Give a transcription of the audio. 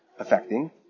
affecting